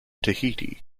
tahiti